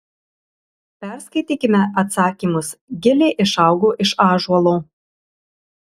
perskaitykime atsakymus gilė išaugo iš ąžuolo